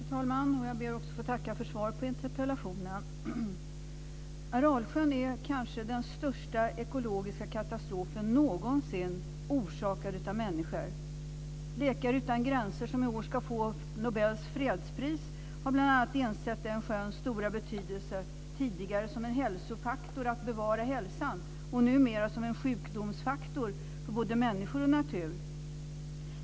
Fru talman! Jag ber att få tacka för svaret på interpellationen. Aralsjön är kanske den största ekologiska katastrofen någonsin orsakad av människor. Läkare utan gränser, som i år ska få Nobels fredspris, har bl.a. insett sjöns stora betydelse, tidigare som en hälsofaktor för att bevara hälsan och numera som en sjukdomsfaktor för både människor och natur.